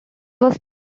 was